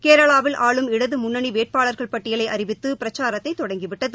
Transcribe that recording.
கேரளாவில் ஆளும் இடது முன்னணி வேட்பாளர்கள் பட்டியலை அறிவித்து பிரச்சாரத்தை தொடங்கிவிட்டது